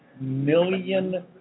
million